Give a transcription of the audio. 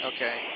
Okay